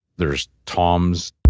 there's toms